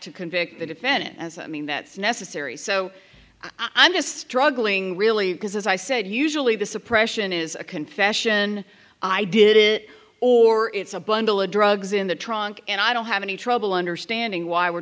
to convict the defendant as i mean that's necessary so i'm just struggling really because as i said usually the suppression is a confession i did it or it's a bundle of drugs in the trunk and i don't have any trouble understanding why we're